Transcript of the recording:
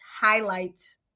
Highlight